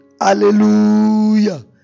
Hallelujah